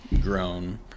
grown